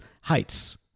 heights